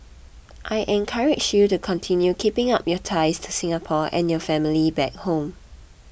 I encourage you to continue keeping up your ties to Singapore and your family back home